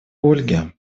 ольге